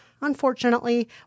Unfortunately